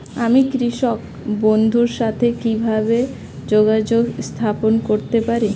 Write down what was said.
আমি কৃষক বন্ধুর সাথে কিভাবে যোগাযোগ স্থাপন করতে পারি?